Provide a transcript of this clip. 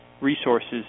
resources